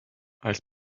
als